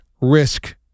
risk